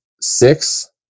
six